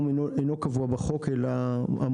במקום "מנהל הרשות הממשלתית" יבוא "הממונה".